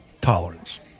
tolerance